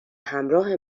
همراه